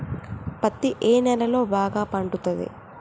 పత్తి ఏ నేలల్లో బాగా పండుతది?